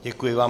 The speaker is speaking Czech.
Děkuji vám.